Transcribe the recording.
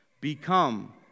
become